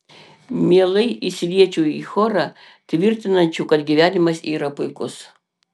mielai įsiliečiau į chorą tvirtinančių kad gyvenimas yra puikus